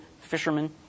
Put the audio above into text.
fishermen